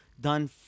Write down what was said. done